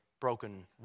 broken